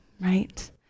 right